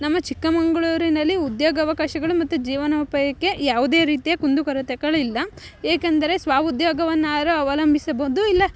ನಮ್ಮ ಚಿಕ್ಕಮಗ್ಳೂರಿನಲ್ಲಿ ಉದ್ಯೋಗಾವಕಾಶಗಳು ಮತ್ತು ಜೀವನೋಪಾಯಕ್ಕೆ ಯಾವುದೇ ರೀತಿಯ ಕುಂದುಕೊರತೆಗಳಿಲ್ಲ ಏಕೆಂದರೆ ಸ್ವಉದ್ಯೋಗವನ್ನಾದ್ರು ಅವಲಂಬಿಸಬೋದು ಇಲ್ಲ